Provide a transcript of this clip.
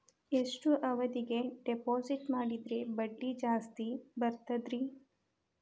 ಎಷ್ಟು ಅವಧಿಗೆ ಡಿಪಾಜಿಟ್ ಮಾಡಿದ್ರ ಬಡ್ಡಿ ಜಾಸ್ತಿ ಬರ್ತದ್ರಿ?